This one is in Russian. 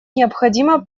необходимо